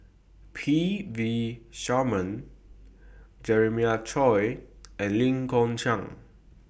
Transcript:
P V Sharma Jeremiah Choy and Lee Kong Chian